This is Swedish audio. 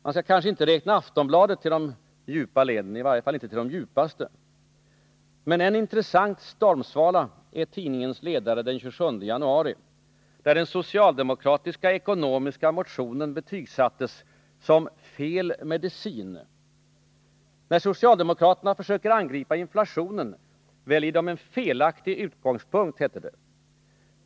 Man skall kanske inte räkna Aftonbladet till de djupa leden, i varje fall inte till de djupaste. Men en intressant stormsvala är tidningens ledare den 27 januari, där den socialdemokratiska ekonomiska motionen betygsattes som ”fel medicin”. När socialdemokraterna försöker angripa inflationen väljer de en felaktig utgångspunkt, hette det.